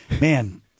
man